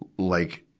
like